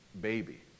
baby